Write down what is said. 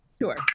Sure